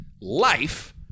life